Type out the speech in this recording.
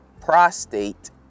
prostate